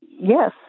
Yes